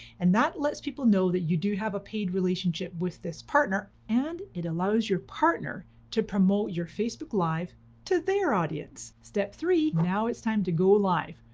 and that let's people know that you do have a paid relationship with this partner, and it allows your partner to promote your facebook live to their audience. step three, now it's time to go live,